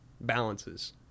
balances